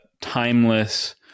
timeless